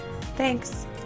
Thanks